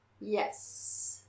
yes